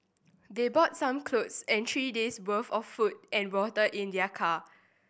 they brought some cloth and three days'worth of food and water in their car